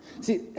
See